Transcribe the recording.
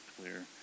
clear